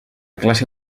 classe